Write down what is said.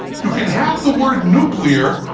you can have the word nuclear,